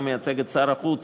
אני מייצג את שר החוץ